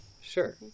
Sure